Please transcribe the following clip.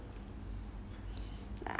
good idea good idea